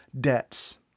debts